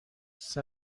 راس